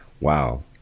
wow